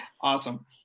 Awesome